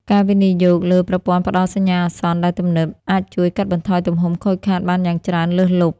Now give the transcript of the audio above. ការវិនិយោគលើ ប្រព័ន្ធផ្ដល់សញ្ញាអាសន្ន ដែលទំនើប អាចជួយកាត់បន្ថយទំហំខូចខាតបានយ៉ាងច្រើនលើសលប់។